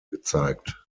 gezeigt